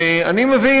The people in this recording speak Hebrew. ואני מבין,